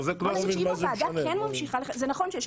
בואו נגיד שאם הוועדה כן ממשיכה זה נכון שיש